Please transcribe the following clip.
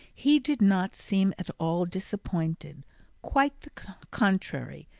he did not seem at all disappointed quite the contrary.